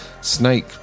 Snake